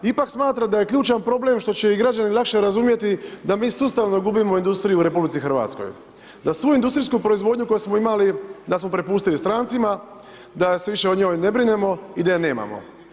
Ipak smatram da je ključan problem što će i građani lakše razumjeti da mi sustavno gubimo industriju u Republici Hrvatskoj, da svu industrijsku proizvodnju koju smo imali da smo prepustili strancima da se više o njoj ne brinemo i da je nemamo.